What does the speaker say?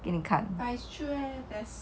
给你看